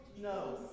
No